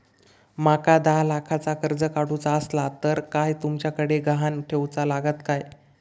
माका दहा लाखाचा कर्ज काढूचा असला तर काय तुमच्याकडे ग्हाण ठेवूचा लागात काय?